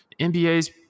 NBA's